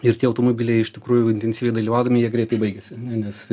ir tie automobiliai iš tikrųjų intensyviai dalyvaudami jie greitai baigiasi nes